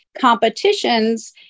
competitions